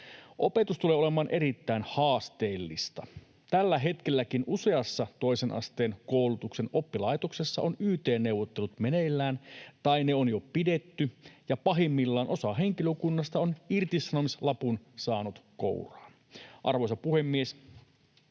Opetus tulee olemaan erittäin haasteellista. Tällä hetkelläkin useassa toisen asteen koulutuksen oppilaitoksessa on yt-neuvottelut meneillään tai ne on jo pidetty ja pahimmillaan osa henkilökunnasta on irtisanomislapun saanut kouraan. Arvoisa puhemies!